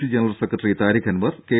C general secretary Tariq Anwar K